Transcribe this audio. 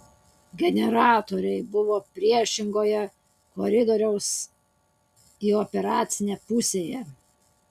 generatoriai buvo priešingoje koridoriaus į operacinę pusėje